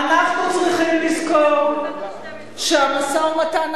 אנחנו צריכים לזכור שהמשא-ומתן עדיף